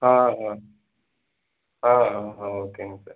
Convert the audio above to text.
ஆ ஆ ஆ ஆ ஆ ஓகேங்க சார்